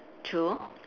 true